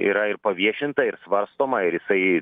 yra ir paviešinta ir svarstoma ir jisai